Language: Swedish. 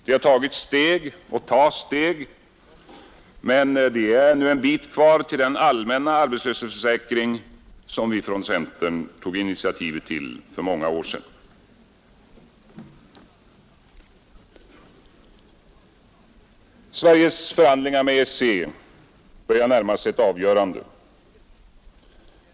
Det har tagits steg och tas steg, men det är ännu en bit kvar till den allmänna arbetslöshetsförsäkring som vi från centern tog initiativet till för många år sedan. Sveriges förhandlingar med EEC börjar närma sig ett avgörande.